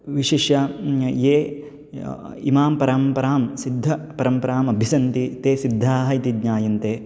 विशिष्य ये इमां परम्परां सिद्धां परम्पराम् अभिसन्ति ते सिद्धाः इति ज्ञायन्ते